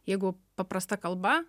jeigu paprasta kalba